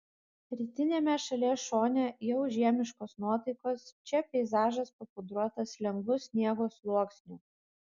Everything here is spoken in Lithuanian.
rytiniame šalies šone jau žiemiškos nuotaikos čia peizažas papudruotas lengvu sniego sluoksniu